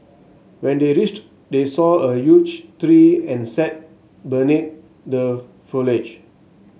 when they reached they saw a tree and sat beneath the foliage